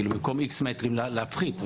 במקום X מטרים להפחית,